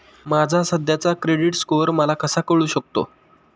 माझा सध्याचा credit score मला कसा कळू शकतो?